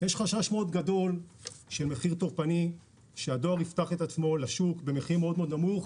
יש חשש מאוד גדול שהדואר יפתח את עצמו לשוק במחיר מאוד מאוד נמוך.